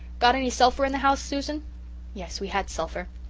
got any sulphur in the house, susan yes, we had sulphur.